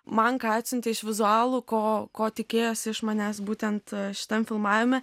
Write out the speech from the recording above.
man ką atsiuntė iš vizualų ko ko tikėjosi iš manęs būtent šitam filmavime